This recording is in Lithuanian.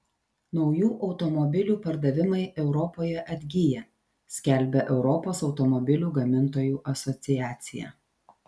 naujų automobilių pardavimai europoje atgyja skelbia europos automobilių gamintojų asociacija